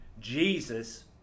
Jesus